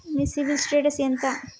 మీ CIBIL status ఎంత?